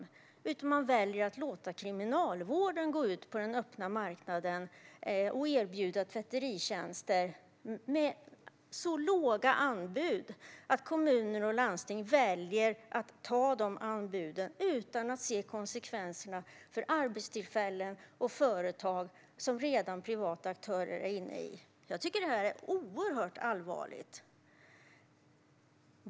I stället väljer man att låta Kriminalvården gå ut på den öppna marknaden och erbjuda tvätteritjänster med så låga anbud att kommuner och landsting väljer att ta dessa anbud utan att se konsekvenserna för arbetstillfällen och privata företag. Jag tycker att detta är oerhört allvarligt.